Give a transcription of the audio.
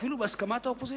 אפילו בהסכמת האופוזיציה.